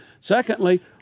Secondly